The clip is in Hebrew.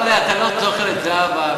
אבל אתה לא זוכר את זהבה,